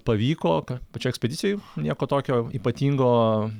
pavyko ka pačioj ekspedicijoj nieko tokio ypatingo